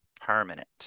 permanent